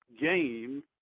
game